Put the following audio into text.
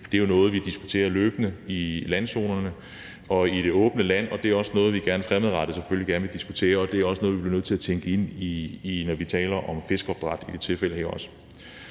Det er jo noget, vi diskuterer løbende i forhold til landzonerne og det åbne land, og det er også noget, vi fremadrettet selvfølgelig gerne vil diskutere. Det er også noget, vi bliver nødt til at tænke ind, når vi som i det her tilfælde taler om